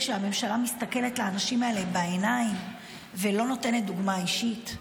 כשהממשלה מסתכלת לאנשים האלה בעיניים ולא נותנת דוגמה אישית?